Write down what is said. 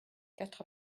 quatre